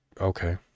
okay